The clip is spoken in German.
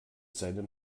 seinem